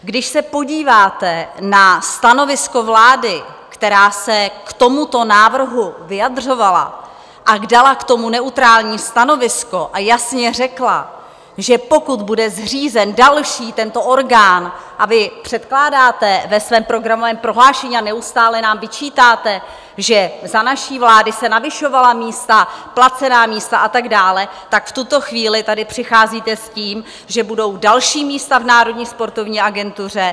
Když se podíváte na stanovisko vlády, která se k tomuto návrhu vyjadřovala, dala k tomu neutrální stanovisko a jasně řekla, že pokud bude zřízen další tento orgán a vy předkládáte ve svém programovém prohlášení a neustále nám vyčítáte, že za naší vlády se navyšovala místa, placená místa a tak dále v tuto chvíli tady přicházíte s tím, že budou další místa v Národní sportovní agentuře.